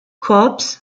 korps